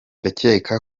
ndacyeka